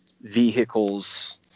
vehicles